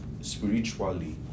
spiritually